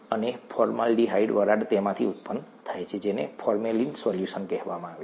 અને ફોર્માલ્ડીહાઇડ વરાળ તેમાંથી ઉત્પન્ન થાય છે જેને ફોર્મેલિન સોલ્યુશન કહેવામાં આવે છે